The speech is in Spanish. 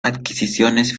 adquisiciones